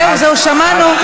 זהו, זהו, שמענו.